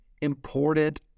important